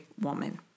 woman